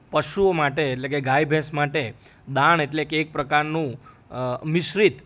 પશુઓ માટે એટલે કે ગાય ભે ભેંસ માટે દાણ એટલે કે એક પ્રકારનું મિશ્રિત